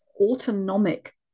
autonomic